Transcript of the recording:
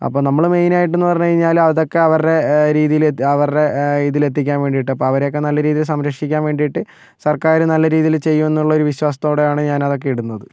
അപ്പോൾ നമ്മള് മെയിനായിട്ടെന്ന് പറഞ്ഞു കഴിഞ്ഞാല് അതൊക്കെ അവരുടെ രീതിയില് അവരുടെ ഇതിൽ എത്തിക്കാൻ വേണ്ടിയിട്ട് അപ്പോൾ അവരെയൊക്കെ നല്ലരീതിയിൽ സംരക്ഷിക്കാൻ വേണ്ടിയിട്ട് സർക്കാർ നല്ലരീതിയിൽ ചെയ്യുമെന്നുള്ള വിശ്വാസത്തോടെയാണ് ഞാൻ അതൊക്കേ ഇടുന്നത്